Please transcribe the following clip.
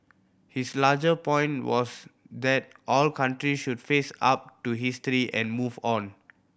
his larger point was that all countries should face up to history and move on